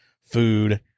food